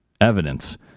evidence